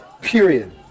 Period